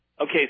Okay